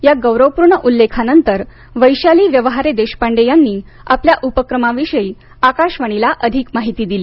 या गौरवपूर्ण उल्लेखानंतर वैशाली व्यवहारे देशपांडे यांनी आपल्या उपक्रमाविषयी आकाशवाणीला अधिक माहिती दिली